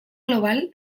global